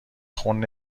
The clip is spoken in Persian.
خون